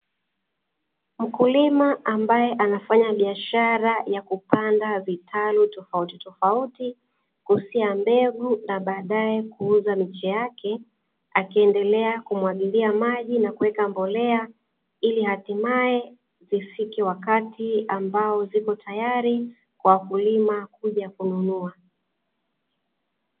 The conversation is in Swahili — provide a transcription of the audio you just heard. Mkulima ambaye anafanya biashara za kupanda vitalu tofautitofauti, kusia mbegu na baadaye kukuza miche yake. Akiendelea kumwagilia maji na kuweka mbolea ili hatimaye zifike wakati ambao zipo tayari kwa wakulima kuja kununua.